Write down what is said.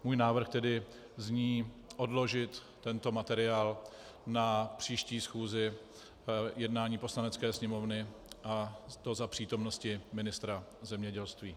Můj návrh tedy zní: Odložit tento materiál na příští schůzi jednání Poslanecké sněmovny, a to za přítomnosti ministra zemědělství.